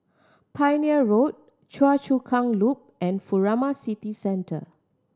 Pioneer Road Choa Chu Kang Loop and Furama City Centre